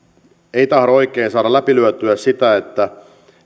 ei tahdo oikein saada läpi lyötyä sitä